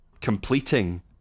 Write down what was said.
completing